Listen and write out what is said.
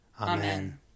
Amen